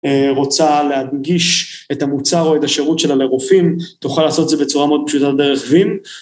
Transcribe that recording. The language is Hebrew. רוצה להנגיש את המוצר או את השירות שלה לרופאים, תוכל לעשות את זה בצורה מאוד פשוטה, דרך וים.